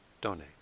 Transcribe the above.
donate